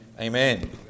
Amen